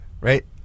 right